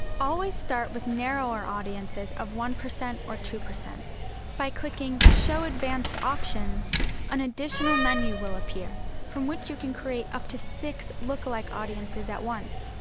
always start with narrower audiences of one percent or two. by clicking show advanced options an additional menu will appear from which you can create up to six lookalike audiences at once.